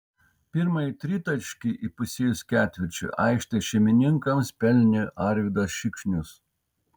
pirmąjį tritaškį įpusėjus ketvirčiui aikštės šeimininkams pelnė arvydas šikšnius